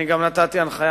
אני גם נתתי הנחיה